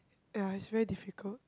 ya is very difficult